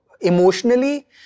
emotionally